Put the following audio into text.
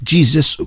Jesus